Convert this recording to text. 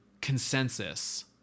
consensus